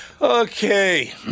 Okay